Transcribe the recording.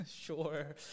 Sure